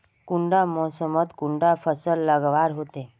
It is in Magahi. कुंडा मोसमोत कुंडा फसल लगवार होते?